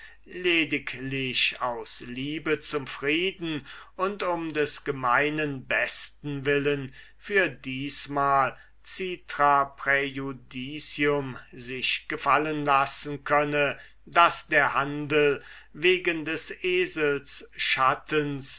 lediglich aus liebe zum frieden und um des gemeinen bestens willen für diesesmal und citra praeiudicium sich gleichwohl gefallen lassen wolle daß der handel wegen des eselsschattens